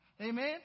Amen